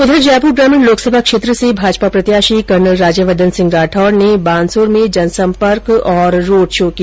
उधर जयपुर ग्रामीण लोकसभा क्षेत्र से भाजपा प्रत्याशी कर्नल राज्यवर्द्वन सिंह राठौड ने बानसूर में जनसंपर्क और रोड शो किया